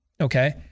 okay